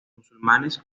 musulmanes